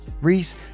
Reese